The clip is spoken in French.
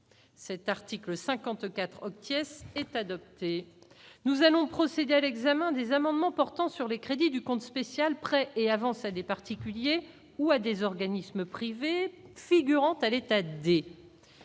cet article 54 obtiennent est adopté. Nous allons procéder à l'examen des amendements portant sur les crédits du compte spécial prêts et avances à des particuliers ou à des organismes privés figurante à l'État,